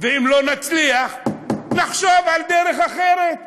ואם לא נצליח, נחשוב על דרך אחרת.